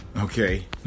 okay